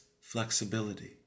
flexibility